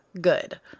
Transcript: good